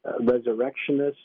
resurrectionists